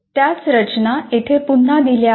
त्याच रचना येथे पुन्हा दिल्या आहेत